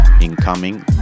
Incoming